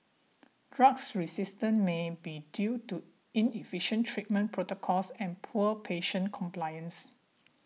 drugs resistance may be due to inefficient treatment protocols and poor patient compliance